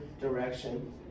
direction